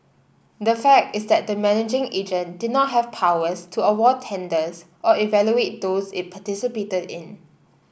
the fact is that the managing agent did not have powers to award tenders or evaluate those it participated in